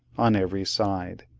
on every side.